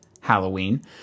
Halloween